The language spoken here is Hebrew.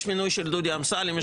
יש מינוי של דודי אמסלם.